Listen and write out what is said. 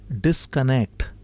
disconnect